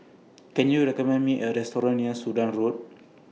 Can YOU recommend Me A Restaurant near Sudan Road